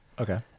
Okay